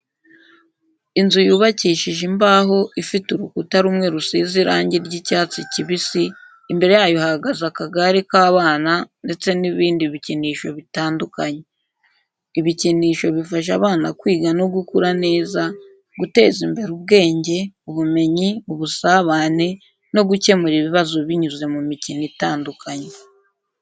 Inzu yubakishije imbaho ifite urukuta rumwe rusize irangi ry'icyatsi kibisi, imbere yayo hahagaze akagare k'abana ndetse n'ibindi bikinisho bitandukanye. Ibikinisho bifasha abana kwiga no gukura neza, guteza imbere ubwenge, ubumenyi, ubusabane, no gukemura ibibazo binyuze mu mikino itandukanye.